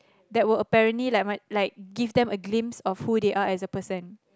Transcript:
that will apparently like macam like give them a glimpse of who they are as a person